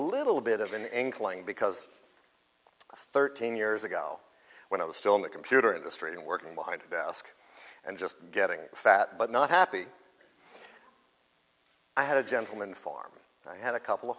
little bit of an inkling because thirteen years ago when i was still in the computer industry and working behind a desk and just getting fat but not happy i had a gentleman farmer had a couple of